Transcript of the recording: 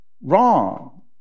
wrong